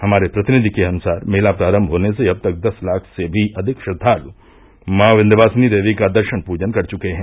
हमारे प्रतिनिधि के अनुसार मेला प्रारम्भ होने से अब तक दस लाख से भी अधिक श्रद्धालु मां विस्यवासिनी देवी का दर्शन पूजन कर चुके हैं